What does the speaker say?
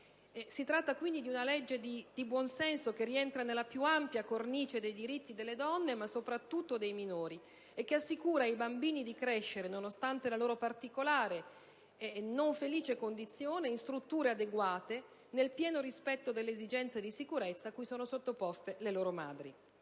Si tratta di una legge di buonsenso che rientra nella più ampia cornice dei diritti delle donne, ma soprattutto dei minori e che assicura ai bambini di crescere, nonostante la loro particolare e non felice condizione, in strutture adeguate, nel pieno rispetto delle esigenze di sicurezza a cui sono sottoposte le loro madri.